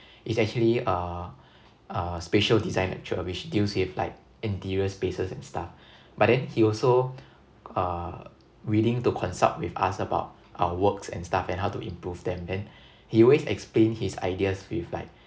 it's actually uh uh spatial design lecture which deals with like interior spaces and stuff but then he also uh willing to consult with us about our works and stuff and how to improve them then he always explain his ideas with like